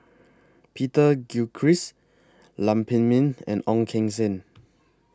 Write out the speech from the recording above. Peter Gilchrist Lam Pin Min and Ong Keng Sen